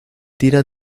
tira